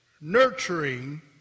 nurturing